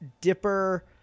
Dipper